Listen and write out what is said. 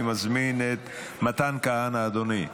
אני מזמין את מתן כהנא, אדוני,